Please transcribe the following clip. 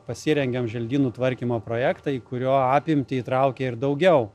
pasirengėm želdynų tvarkymo projektą į kurio apimtį įtraukė ir daugiau